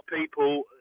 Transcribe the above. people